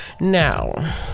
now